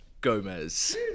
Gomez